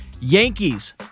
Yankees